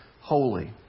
holy